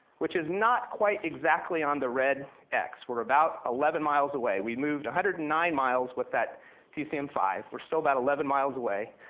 which is not quite exactly on the red x. we're about eleven miles away. we moved one hundred and nine miles with that tcm five, we're still about eleven miles away,